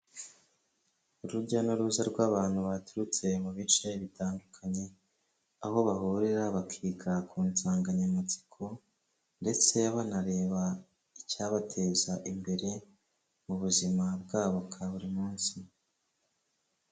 Urujya n'uruza rw'abantu baturutse mu bice bitandukanye aho bahurira bakiga ku nsanganyamatsiko ndetse banareba icyabateza imbere mu buzima bwabo bwa buri munsi.